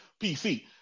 PC